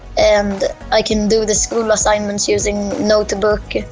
and i can do the school assignments using notebook.